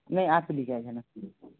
नहीं आप प्लीज आ जाना